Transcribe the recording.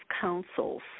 councils